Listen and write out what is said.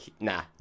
nah